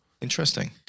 Interesting